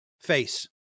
face